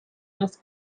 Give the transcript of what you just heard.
has